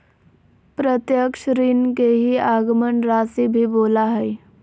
प्रत्यक्ष ऋण के ही आगमन राशी भी बोला हइ